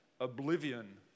oblivion